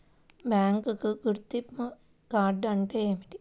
Bank గుర్తింపు card అంటే ఏమిటి?